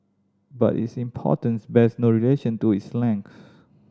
but its importance bears no relation to its length